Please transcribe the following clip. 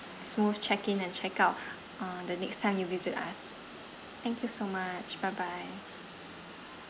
smooth check in and check out uh the next time you visit us thank you so much bye bye